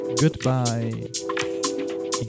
goodbye